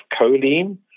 choline